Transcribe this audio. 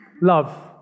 Love